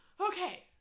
Okay